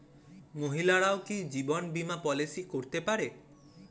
মহিলারাও কি জীবন বীমা পলিসি করতে পারে?